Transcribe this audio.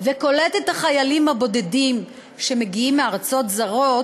וקולט את החיילים הבודדים שמגיעים מארצות זרות,